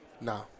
No